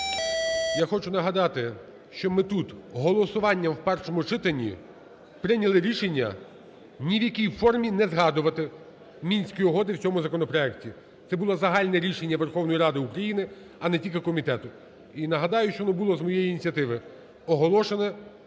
Я хочу нагадати, що ми тут голосуванням в першому читанні прийняли рішення ні в якій формі не згадувати Мінські угоди в цьому законопроекті. Це було загальне рішення Верховної Ради України, а не тільки комітету. І нагадаю, що воно було з моєї ініціативи оголошене